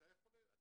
בואי תאמרי את